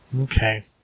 Okay